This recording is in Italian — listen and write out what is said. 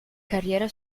carriera